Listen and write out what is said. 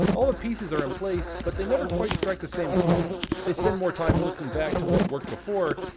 all the pieces are in place, but they never quite strike the same chords. they spend more time looking back to what worked before,